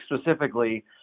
specifically